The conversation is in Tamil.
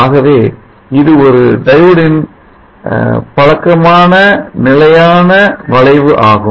ஆகவே இது ஒரு டயோடின் பழக்கமான நிலையான வளைவு ஆகும்